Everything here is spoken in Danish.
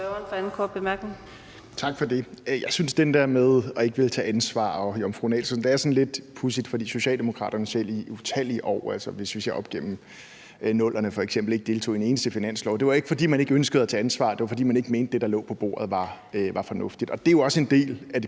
synes, den der med ikke at ville tage ansvar og det med det jomfrunalske er lidt pudsigt, fordi Socialdemokraterne selv i utallige år, hvis vi kigger på tiden op gennem nullerne f.eks., ikke deltog i en eneste finanslov. Det var ikke, fordi man ikke ønskede at tage ansvar. Det var, fordi man ikke mente, at det, der lå på bordet, var fornuftigt. Og det er jo også en del af det